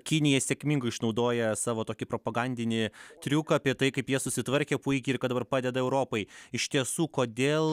kinija sėkmingai išnaudoja savo tokį propagandinį triuką apie tai kaip jie susitvarkė puikiai ir kad dabar padeda europai iš tiesų kodėl